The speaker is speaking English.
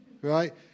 right